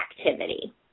activity